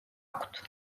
აქვთ